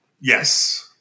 Yes